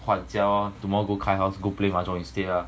换一下 lor tomorrow go kyle house play mahjong instead lah